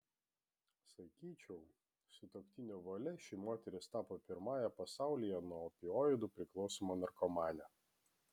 sakyčiau sutuoktinio valia ši moteris tapo pirmąja pasaulyje nuo opioidų priklausoma narkomane